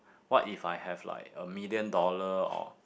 what if I have like a million dollar or